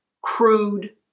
crude